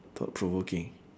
thought-provoking